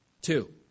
Two